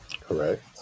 Correct